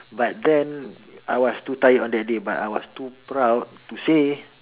but then I was too tired on that day but I was too proud to say